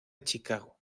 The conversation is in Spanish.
chicago